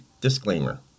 Disclaimer